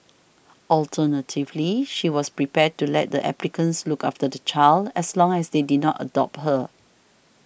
alternatively she was prepared to let the applicants look after the child as long as they did not adopt her